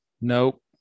Nope